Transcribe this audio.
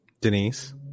Denise